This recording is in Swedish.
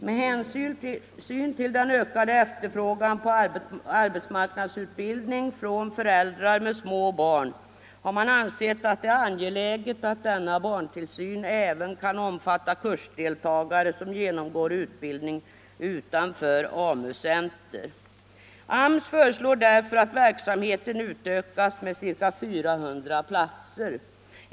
Med hänsyn till den ökade efterfrågan på arbetsmarknadsutbildning från föräldrar med små barn har man ansett att det är angeläget att denna barntillsyn även kan omfatta kursdeltagare som genomgår utbildning utanför AMU-center. AMS föreslår därför att verksamheten utökas med ca 400 platser.